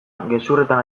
gezurretan